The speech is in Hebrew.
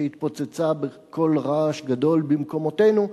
שהתפוצצה בקול רעש גדול במקומותינו,